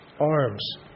arms